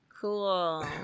cool